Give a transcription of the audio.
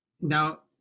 now